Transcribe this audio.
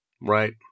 Right